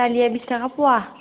दालिया बिस थाखा फवा